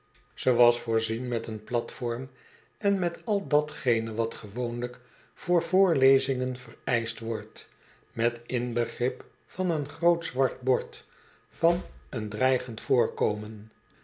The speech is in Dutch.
ze was voorzien met een platform en met al datgene wat gewoonlijk voor voorlezingen vereischt wordt met inbegrip van een groot zwart bord van een dreigend voorkomen